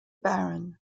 baron